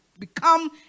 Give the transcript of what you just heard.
become